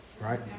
Right